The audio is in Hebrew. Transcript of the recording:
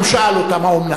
הוא שאל אותם: האומנם?